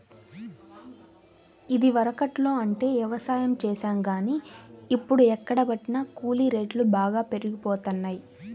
ఇదివరకట్లో అంటే యవసాయం చేశాం గానీ, ఇప్పుడు ఎక్కడబట్టినా కూలీ రేట్లు బాగా పెరిగిపోతన్నయ్